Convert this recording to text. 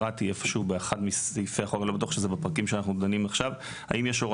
אבל קראתי איפה שהוא באחד מסעיפי ההעתקה שאין באמור